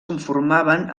conformaven